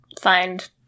find